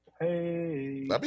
Hey